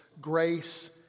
Grace